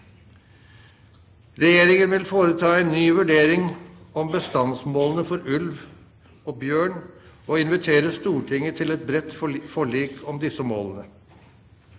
Regjeringen vil foreta en ny vurdering av bestandsmålene for ulv og bjørn, og invitere Stortinget til et bredt forlik om disse målene.